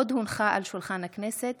עוד הונח על שולחן הכנסת